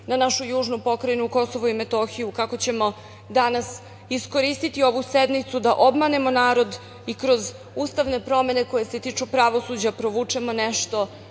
na našu južnu Pokrajinu Kosovo i Metohiju, kako ćemo danas iskoristiti ovu sednicu da obmanemo narod i kroz ustavne promene koje se tiču pravosuđa provučemo nešto